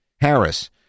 Harris